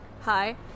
Hi